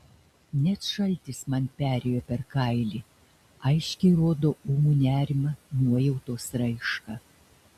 net šaltis man perėjo per kailį aiškiai rodo ūmų nerimą nuojautos raišką